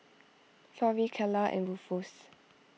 Florie Kylah and Rufus